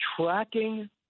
tracking